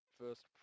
first